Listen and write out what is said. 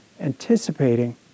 anticipating